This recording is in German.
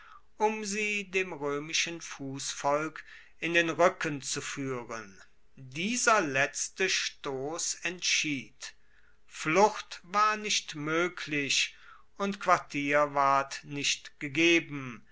um sie dem roemischen fussvolk in den ruecken zu fuehren dieser letzte stoss entschied flucht war nicht moeglich und quartier ward nicht gegeben